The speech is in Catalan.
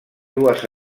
dues